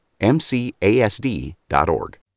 MCASD.org